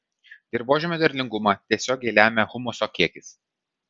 dirvožemio derlingumą tiesiogiai lemia humuso kiekis